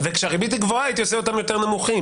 וכשהריבית היא גבוהה הייתי עושה אותם יותר נמוכים.